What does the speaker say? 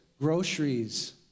groceries